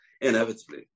inevitably